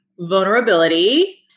Vulnerability